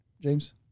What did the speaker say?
James